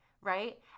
right